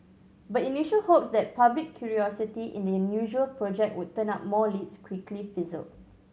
but initial hopes that public curiosity in the unusual project would turn up more leads quickly fizzled